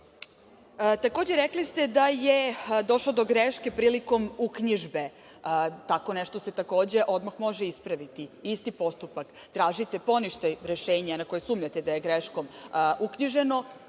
rekli ste da je došlo do greške prilikom uknjižbe, tako nešto se odmah može ispraviti, isti postupak. Tražite poništaj rešenja za koje sumnjate da je greškom uknjiženo,